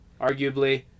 Arguably